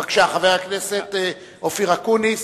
בבקשה, חבר הכנסת אופיר אקוניס.